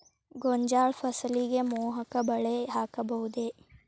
ಗೋಂಜಾಳ ಫಸಲಿಗೆ ಮೋಹಕ ಬಲೆ ಹಾಕಬಹುದೇ?